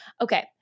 Okay